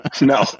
No